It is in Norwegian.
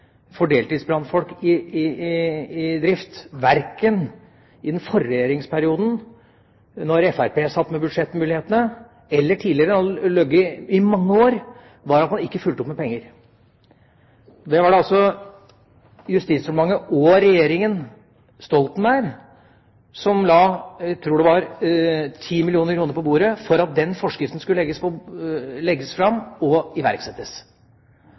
for deltidsbrannfolk i drift, verken i den regjeringsperioden da Fremskrittspartiet satt med budsjettmulighetene, eller tidligere – det har ligget i mange år – var at man ikke fulgte opp med penger. Det var altså Justisdepartementet og regjeringa Stoltenberg som la – jeg tror det var – 10 mill. kr på bordet for at den forskriften skulle legges fram og iverksettes.